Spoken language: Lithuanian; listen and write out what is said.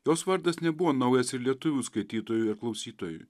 jos vardas nebuvo naujas ir lietuvių skaitytojui ar klausytojui